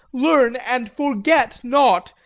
learn and forget not,